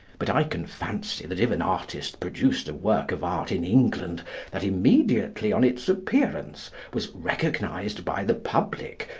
but i can fancy that if an artist produced a work of art in england that immediately on its appearance was recognised by the public,